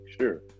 sure